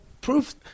proof